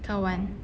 kawan